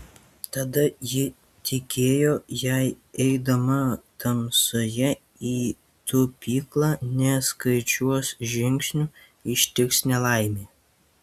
tada ji tikėjo jei eidama tamsoje į tupyklą neskaičiuos žingsnių ištiks nelaimė